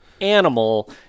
animal